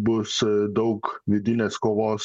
bus daug vidinės kovos